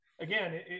Again